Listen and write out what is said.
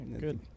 Good